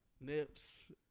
nips